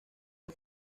hay